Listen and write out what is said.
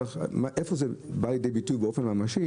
איפה זה בא לידי ביטוי באופן ממשי?